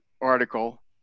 article